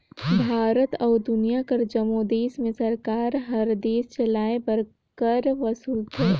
भारत अउ दुनियां कर जम्मो देस में सरकार हर देस चलाए बर कर वसूलथे